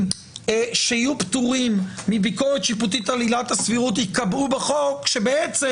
שיהיו פטורים מביקורת שיפוטית על עילת הסבירות ייקבעו בחוק כשבעצם